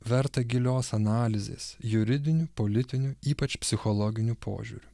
vertą gilios analizės juridiniu politiniu ypač psichologiniu požiūriu